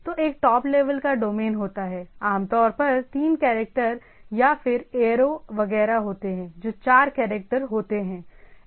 तो एक top level का डोमेन होता है आमतौर पर तीन कैरेक्टर या फिर एयरो वगैरह होते हैं जो चार कैरेक्टर होते हैं